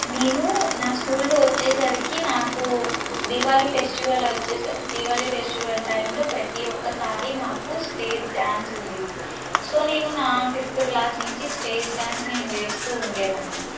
నేను నా స్కూల్లో వచ్చేసరికి నాకు దీపావళీ ఫెస్టివల్ వచ్చే దీపావళీ ఫెస్టివల్ టైంలో ప్రతి ఒక్కసారి మాకు స్టేజ్ డ్యాన్స్ ఉంటుంది సో నేను నా ఫిఫ్త్ క్లాస్ నుంచి స్టేజ్ డ్యాన్స్ నేను వేస్తు ఉండేదాన్ని